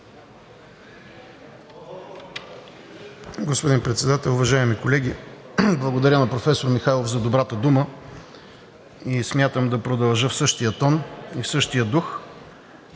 Господин Председател, уважаеми колеги! Благодаря на проф. Михайлов за добрата дума и смятам да продължа в същия тон и в същия дух.